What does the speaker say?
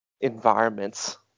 environments